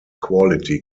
quality